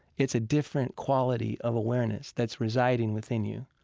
it's a different quality of awareness that's residing within you,